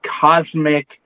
cosmic